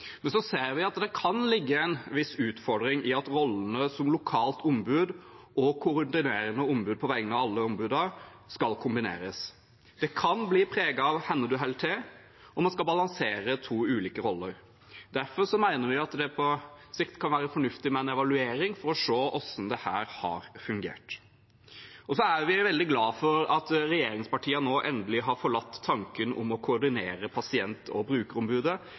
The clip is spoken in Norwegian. vi ser at det kan ligge en viss utfordring i at rollene som lokalt ombud og koordinerende ombud på vegne av alle ombudene skal kombineres. Det kan bli preget av hvor man holder til, når man skal balansere mellom to ulike roller. Derfor mener vi det på sikt kan være fornuftig med en evaluering for å se hvordan dette har fungert. Vi er veldig glad for at regjeringspartiene nå endelig har forlatt tanken om å koordinere pasient- og brukerombudet